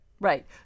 Right